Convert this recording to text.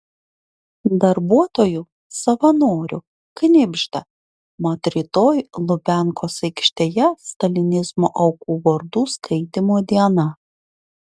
darbuotojų savanorių knibžda mat rytoj lubiankos aikštėje stalinizmo aukų vardų skaitymo diena